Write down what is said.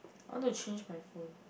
I want to change my phone